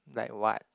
like what